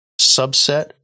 subset